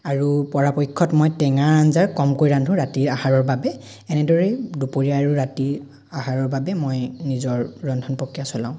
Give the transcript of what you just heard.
আৰু পৰাপক্ষত মই টেঙাৰ আঞ্জা কমকৈ ৰান্ধো ৰাতিৰ আহাৰৰ বাবে এনেদৰেই দুপৰীয়া আৰু ৰাতি আহাৰৰ বাবে মই নিজৰ ৰন্ধন প্ৰক্ৰিয়া চলাওঁ